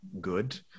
good